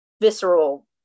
visceral